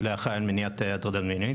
לאחראי על מניעת הטרדה מינית.